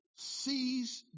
Sees